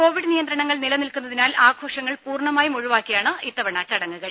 Covid നിയന്ത്രണങ്ങൾ നിലനിൽക്കുന്നതിനാൽ ആഘോഷങ്ങൾ പൂർണ്ണമായും ഒഴിവാക്കിയാണ് ഇത്തവണ ചടങ്ങുകൾ